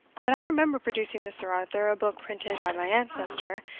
but i remember producing to sir arthur a book printed by my ancestor,